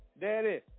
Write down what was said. daddy